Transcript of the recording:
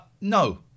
no